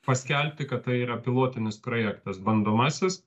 paskelbti kad tai yra pilotinis projektas bandomasis